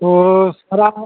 तो सर आप